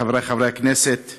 חברי חברי הכנסת,